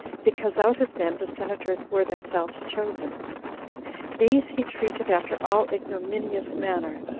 because out of them the senators were themselves chosen these he treated after all ignominious manner,